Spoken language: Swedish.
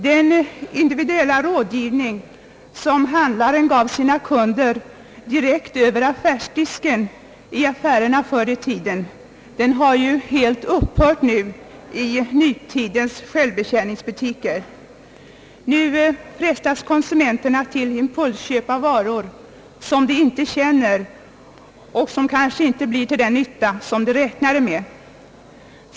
Den individuella rådgivning som handlaren förr i tiden gav sina kunder direkt över affärsdisken har helt försvunnit i nutidens självbetjäningsbutiker. Nu frestas konsumenterna till impulsköp av varor som de inte känner och som kanske inte blir till den nytta som de räknat med.